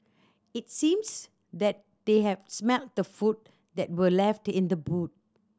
it seems that they had smelt the food that were left in the boot